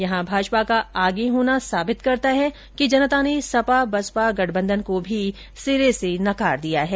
यहां भाजपा का आगे होना साबित करता है कि जनता ने सपा बसपा गठबंधन को भी सिरे से नकार दिया है